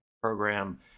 program